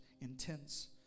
intense